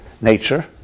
nature